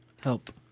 help